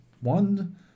One